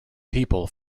people